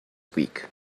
weak